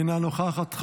אינה נוכחת.